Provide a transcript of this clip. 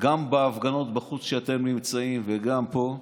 גם בהפגנות בחוץ, כשאתם נמצאים, וגם פה,